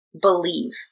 believe